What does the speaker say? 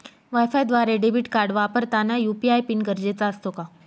वायफायद्वारे debit card वापरताना UPI PIN गरजेचा असतो का?